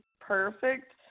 perfect